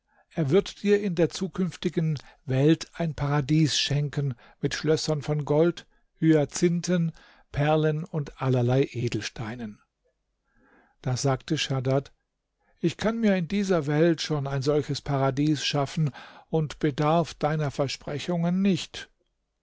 er wird dir in der zukünftigen weit ein paradies schenken mit schlössern von gold hyazinthen perlen und allerlei edelsteinen da sagte schaddad ich kann mir in dieser welt schon ein solches paradies schaffen und bedarf deiner versprechungen nicht